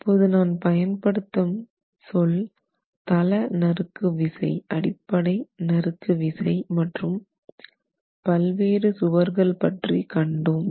இப்போது நான் பயன்படுத்தும் சொல் தள நறுக்கு விசை அடிப்படை நறுக்கு விசை மற்றும் பல்வேறு சுவர்கள் பற்றி கண்டோம்